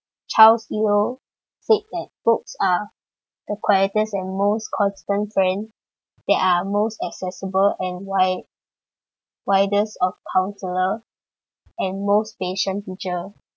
charles Yeo said that books are the quietest and most constant friend that are most accessible and wide~ widest of counsellor and most patient teacher